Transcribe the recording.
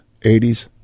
80s